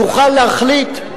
תוכל להחליט,